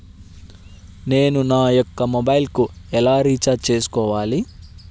నేను నా మొబైల్కు ఎలా రీఛార్జ్ చేసుకోవాలి?